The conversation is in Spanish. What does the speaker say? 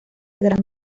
gran